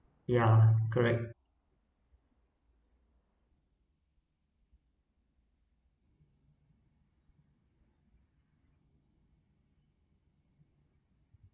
ya correct